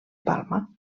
palma